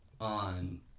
on